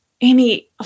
Amy